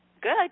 good